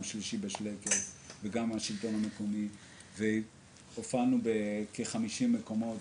"שלישי בשלייקס" וגם עם השלטון המקומי והופענו בכ-50 מקומות